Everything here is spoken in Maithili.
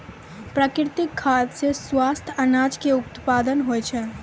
प्राकृतिक खाद सॅ स्वस्थ अनाज के उत्पादन होय छै